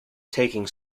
taking